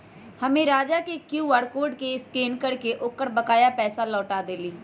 हम्मे राजा के क्यू आर कोड के स्कैन करके ओकर बकाया पैसा लौटा देली